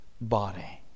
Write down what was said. body